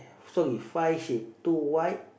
so is five ship two white